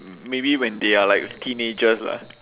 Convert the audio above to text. mm maybe when they are like teenagers lah